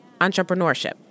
entrepreneurship